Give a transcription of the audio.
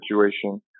situation